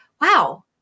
wow